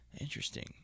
Interesting